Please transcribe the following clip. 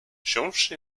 wziąwszy